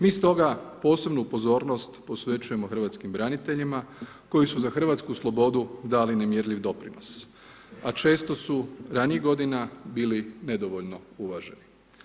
Mi stoga posebnu pozornost posvećujemo hrvatskim braniteljima koji su za hrvatsku slobodu dali nemjerljiv doprinos, a često su ranijih godina bili nedovoljno uvaženi.